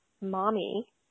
mommy